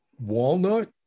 walnut